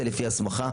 זה לפי הסמכה,